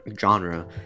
genre